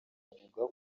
avuga